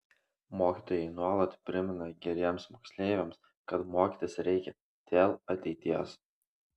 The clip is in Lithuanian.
mokytojai nuolat primena geriems moksleiviams kad mokytis reikia dėl ateities